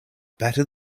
better